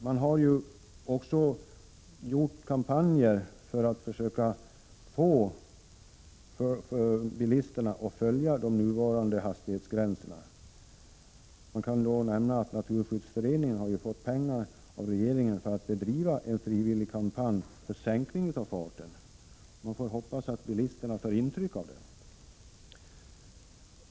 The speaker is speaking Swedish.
Det har ju också bedrivits kampanjer för att försöka få bilisterna att följa de nuvarande hastighetsgränserna. Det kan nämnas att Naturskyddsföreningen har fått pengar av regeringen för att bedriva en kampanj för en frivillig sänkning av farten. Man får hoppas att bilisterna tar intryck av dessa kampanjer.